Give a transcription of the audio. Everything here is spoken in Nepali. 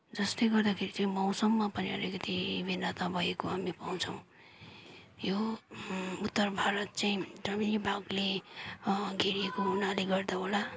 जसले गर्दाखेरि चाहिँ मौसममा पनि अलिकति भिन्नता भएको हामी पाउँछौँ यो उत्तर भारत चाहिँ जमिनी भागले घेरिएको हुनाले गर्दा होला